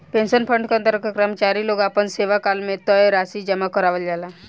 pension fund के अंतर्गत कर्मचारी लोग से आपना सेवाकाल में तय राशि जामा करावल जाला